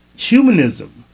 Humanism